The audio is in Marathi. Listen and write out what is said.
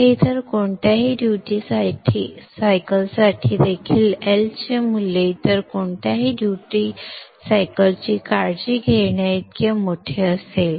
हे इतर कोणत्याही ड्युटी सायकल साठी देखील L चे मूल्य इतर कोणत्याही ड्युटी सायकल ची काळजी घेण्याइतके मोठे असेल